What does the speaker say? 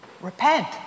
Repent